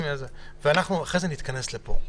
נתכנס שוב.